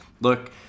look